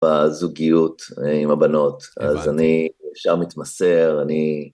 בזוגיות עם הבנות, אז אני אפשר מתמסר, אני...